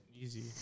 Easy